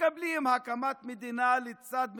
מקבלים הקמת מדינה לצד מדינה,